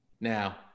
Now